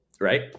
right